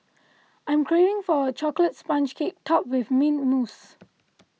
I am craving for a Chocolate Sponge Cake Topped with Mint Mousse